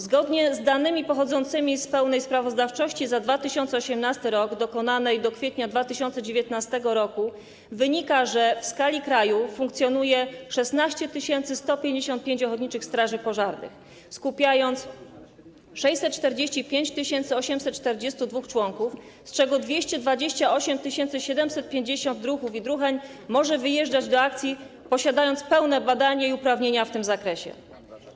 Zgodnie z danymi pochodzącymi z pełnej sprawozdawczości za 2018 r., dokonanej do kwietnia 2019 r., wynika, że w skali kraju funkcjonuje 16 155 ochotniczych straży pożarnych, skupiając 645 842 członków, z czego 228 750 druhów i druhen może wyjeżdżać do akcji, posiadając pełne badanie i uprawnienia w tym zakresie.